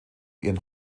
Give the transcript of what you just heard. ihren